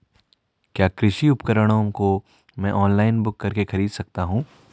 क्या कृषि उपकरणों को मैं ऑनलाइन बुक करके खरीद सकता हूँ?